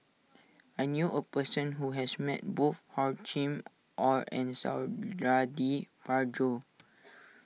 I knew a person who has met both Hor Chim or and Suradi Parjo